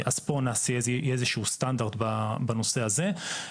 אז פה נעשה איזה שהוא סטנדרט בנושא הזה.